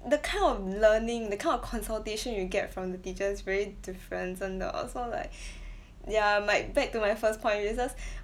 the kind of learning the kind of consultation you get from the teacher's very different 真的 also like ya might back to my first point misses